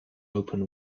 open